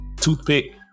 Toothpick